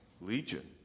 Legion